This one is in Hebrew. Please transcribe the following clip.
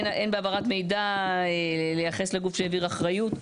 אין בהעברת מידע לייחס לגוף שהעביר אחריות,